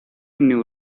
new